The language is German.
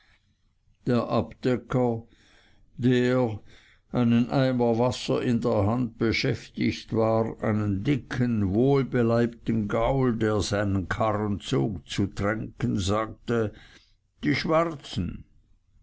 der abdecker der einen eimer wasser in der hand beschäftigt war einen dicken wohlbeleibten gaul der seinen karren zog zu tränken sagte die schwarzen